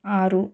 ಆರು